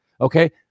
Okay